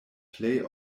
plej